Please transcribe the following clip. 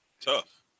Tough